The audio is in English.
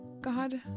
God